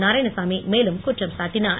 நாராயணசாமி மேலும் குற்றம் சாட்டினார்